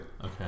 Okay